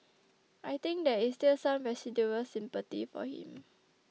I think there is still some residual sympathy for him